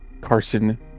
Carson